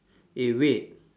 eh wait